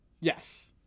Yes